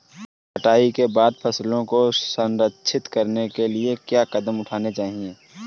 कटाई के बाद फसलों को संरक्षित करने के लिए क्या कदम उठाने चाहिए?